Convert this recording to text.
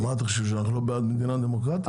אתה חושב שאנחנו לא בעד מדינה דמוקרטית?